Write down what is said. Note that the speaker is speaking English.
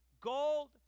Gold